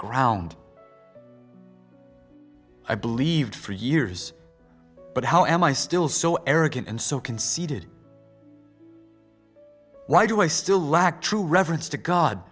ground i believed for years but how am i still so arrogant and so conceited why do i still lack true reverence to god